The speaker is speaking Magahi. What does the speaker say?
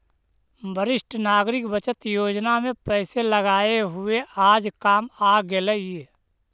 वरिष्ठ नागरिक बचत योजना में पैसे लगाए हुए आज काम आ गेलइ